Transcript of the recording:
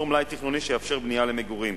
מלאי תכנוני שיאפשר בנייה למגורים.